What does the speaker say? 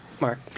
Mark